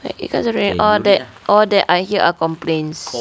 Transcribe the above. like because of rain all that all that I hear are complaints